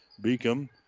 Beacom